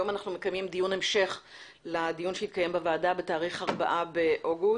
היום אנחנו מקיימים דיון המשך לדיון שהתקיים בוועדה בתאריך 4 באוגוסט.